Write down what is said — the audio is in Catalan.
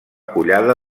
collada